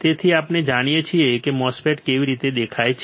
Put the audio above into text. તેથી આપણે જાણીએ છીએ કે MOSFET કેવી રીતે દેખાય છે